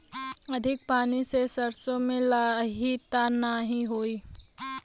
अधिक पानी से सरसो मे लाही त नाही होई?